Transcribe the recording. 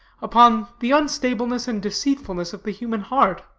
upon the unstableness and deceitfulness of the human heart.